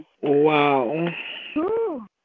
Wow